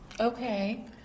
Okay